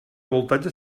voltatge